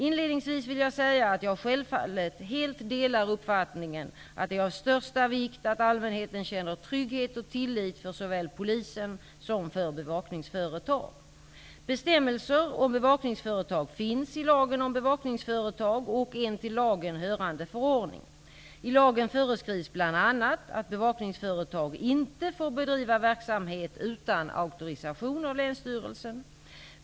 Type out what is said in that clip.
Inledningsvis vill jag säga att jag självfallet helt delar uppfattningen att det är av största vikt att allmänheten känner trygghet och tillit såväl för polisen som för bevakningsföretag. Bestämmelser om bevakningsföretag finns i lagen om bevakningsföretag och en till lagen hörande förordning. I lagen föreskrivs bl.a. att bevakningsföretag inte får bedriva verksamhet utan auktorisation av länsstyrelsen.